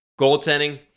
goaltending